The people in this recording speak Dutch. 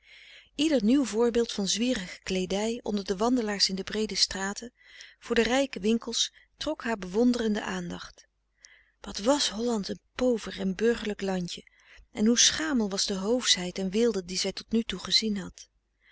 ieder nieuw voorbeeld van zwierige kleedij onder de wandelaars in de breede straten voor de rijke winkels trok haar bewonderende aandacht wat was holland een pover en burgerlijk landje en hoe schamel was de hoofschheid en weelde die zij tot nu toe gezien had